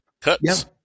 cuts